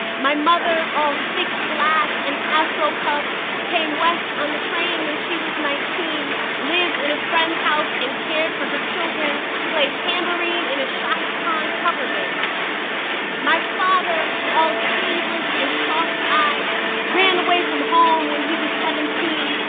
my mother all thick glass and afropuff came west on the train when she was nineteen, lived in a friend's house and cared for her children, played tambourine in a chaka khan cover band my father all sleeveless and soft eye ran away from home when he was seventeen,